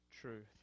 truth